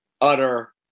utter